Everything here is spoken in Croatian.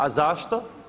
A zašto?